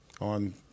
on